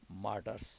martyrs